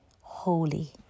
holy